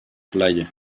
playa